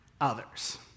others